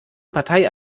partei